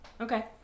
Okay